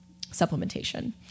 supplementation